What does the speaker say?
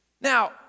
Now